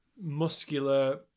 muscular